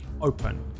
open